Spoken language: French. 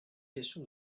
question